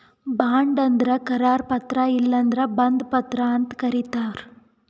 bond ಅಂದ್ರ ಕರಾರು ಪತ್ರ ಇಲ್ಲಂದ್ರ ಬಂಧ ಪತ್ರ ಅಂತ್ ಕರಿತಾರ್